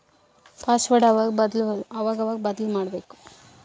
password ಅವಾಗವಾಗ ಬದ್ಲುಮಾಡ್ಬಕು